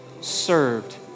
served